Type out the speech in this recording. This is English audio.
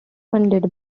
funded